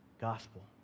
gospel